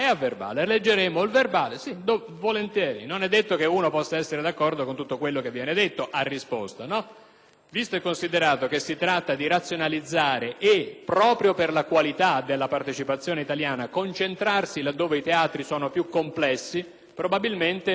detto. Considerato che si tratta di razionalizzare e, proprio per la qualità della partecipazione italiana, di concentrarsi laddove i teatri sono più complessi, probabilmente fare piccole economie e quindi prestare maggiore attenzione alla